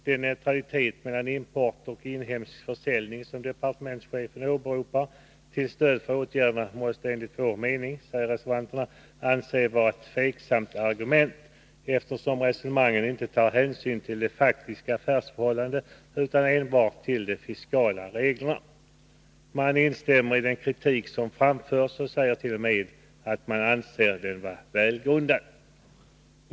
Den neutralitet mellan import och inhemsk försäljning som departementschefen åberopar till stöd för åtgärden anser reservanterna vara ett tveksamt argument, eftersom resonemanget inte tar hänsyn till de faktiska affärsförhållandena utan enbart till de fiskala reglerna. Reservanterna instämmer i den kritik som framförts och säger t.o.m. att de anser den vara välgrundad.